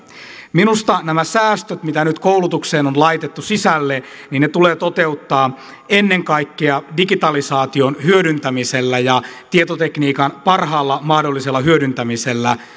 minusta nämä säästöt mitä nyt koulutukseen on laitettu sisälle tulee toteuttaa ennen kaikkea digitalisaation hyödyntämisellä ja tietotekniikan parhaalla mahdollisella hyödyntämisellä